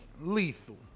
lethal